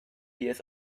pears